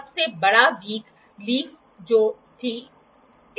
ये आपके पास अधिकतम ग्रेजुएशनस हैं